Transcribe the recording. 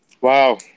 Wow